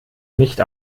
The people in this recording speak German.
nicht